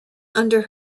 under